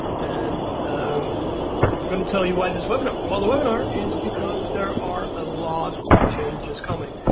and i'm gonna tell you why this webinar? um the webinar is because there are a lot of changes coming.